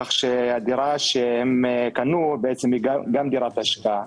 כך שהדירה שהם קנו, היא גם דירה להשקעה.